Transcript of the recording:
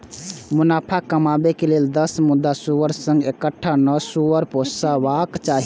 मुनाफा कमाबै लेल दस मादा सुअरक संग एकटा नर सुअर पोसबाक चाही